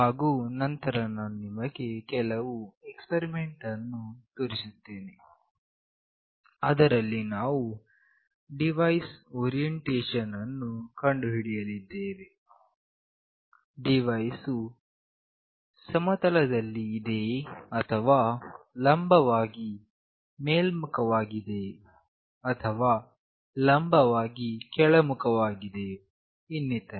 ಹಾಗು ನಂತರ ನಾನು ನಿಮಗೆ ಕೆಲವು ಎಕ್ಸ್ಪರಿಮೆಂಟ್ ಅನ್ನು ತೋರಿಸುತ್ತೇನೆ ಅದರಲ್ಲಿ ನಾವು ಡಿವೈಸ್ ನ ಓರಿಯೆಂಟೇಷನ್ ಅನ್ನು ಕಂಡುಹಿಡಿಯಲಿದ್ದೇವೆ ಡಿವೈಸ್ ಸಮತಲದಲ್ಲಿ ಇದೆಯೇ ಅಥವಾ ಲಂಬವಾಗಿ ಮೇಲ್ಮುಖವಾಗಿದೆಯೋ ಅಥವಾ ಲಂಬವಾಗಿ ಕೆಳಮುಖವಾಗಿದೆಯೋ ಇನ್ನಿತರೆ